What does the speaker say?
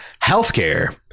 Healthcare